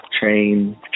train